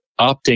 opting